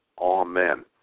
Amen